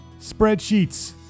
Spreadsheets